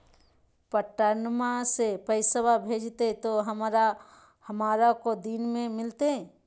पटनमा से पैसबा भेजते तो हमारा को दिन मे मिलते?